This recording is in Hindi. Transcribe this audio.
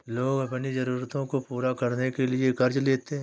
लोग अपनी ज़रूरतों को पूरा करने के लिए क़र्ज़ लेते है